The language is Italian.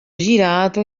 girato